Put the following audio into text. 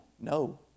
no